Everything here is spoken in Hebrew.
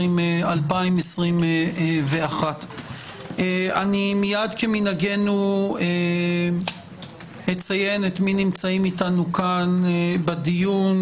2021. מייד כמנהגנו אציין את מי שנמצאים איתנו כאן בדיון,